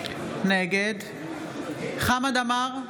נגד חמד עמאר,